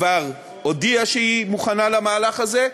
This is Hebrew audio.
כבר הודיעה שהיא מוכנה למהלך הזה,